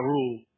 Rule